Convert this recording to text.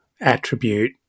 attribute